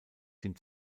den